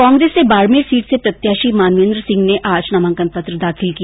कांग्रेस से बाडमेर सीट से प्रत्याशी मानवेन्द्र सिंह ने आज नामांकन पत्र दाखिल किया